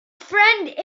friend